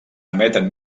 emeten